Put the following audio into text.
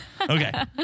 Okay